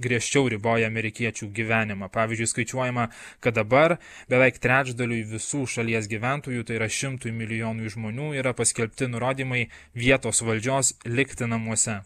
griežčiau riboja amerikiečių gyvenimą pavyzdžiui skaičiuojama kad dabar beveik trečdaliui visų šalies gyventojų tai yra šimtui milijonui žmonių yra paskelbti nurodymai vietos valdžios likti namuose